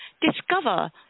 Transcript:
Discover